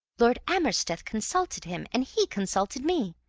lord amersteth consulted him, and he consulted me.